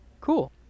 Cool